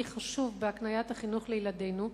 ההכרה כי הספורט הינו נדבך ערכי חשוב בהקניית החינוך לילדינו,